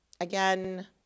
again